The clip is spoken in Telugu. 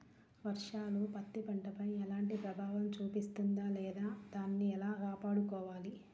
వర్షాలు పత్తి పంటపై ఎలాంటి ప్రభావం చూపిస్తుంద లేదా దానిని ఎలా కాపాడుకోవాలి?